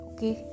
Okay